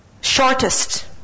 Shortest